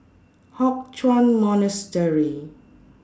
Hock Chuan Monastery